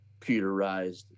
computerized